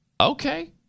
Okay